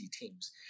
teams